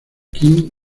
kim